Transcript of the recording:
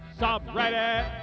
Subreddit